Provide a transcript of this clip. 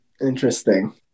Interesting